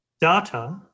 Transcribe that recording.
data